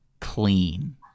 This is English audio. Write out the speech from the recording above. clean